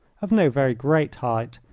of no very great height,